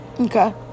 Okay